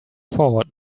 forward